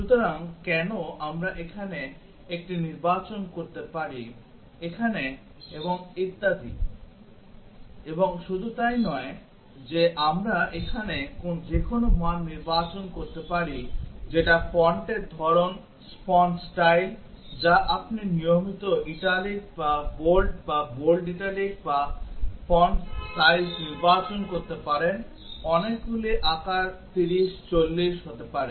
সুতরাং কেন আমরা এখানে একটি নির্বাচন করতে পারি এখানে এবং ইত্যাদি এবং শুধু তাই নয় যে আমরা এখানে যেকোনো মান নির্বাচন করতে পারি যেটা ফন্টের ধরন ফন্ট স্টাইল যা আপনি নিয়মিত ইটালিক বোল্ড বা বোল্ড ইটালিক এবং ফন্ট সাইজ নির্বাচন করতে পারেন অনেকগুলি আকার 30 40 হতে পারে